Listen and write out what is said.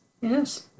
Yes